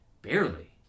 barely